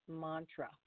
mantra